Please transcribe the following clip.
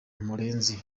murenzi